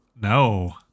No